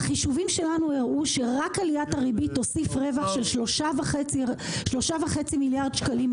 החישובים שלנו הראו שרק עליית הריבית תוסיף רווח של 3.5 מיליארד שקלים,